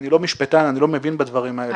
אני לא משפטן, אני לא מבין בדברים האלה.